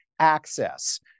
Access